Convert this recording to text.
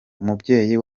umubyeyi